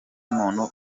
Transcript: umuntu